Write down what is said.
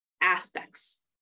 aspects